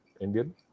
Indian